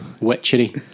Witchery